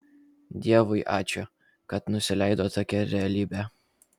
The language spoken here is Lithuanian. dievui ačiū kad nusileido tokia realybė